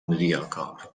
ریاکار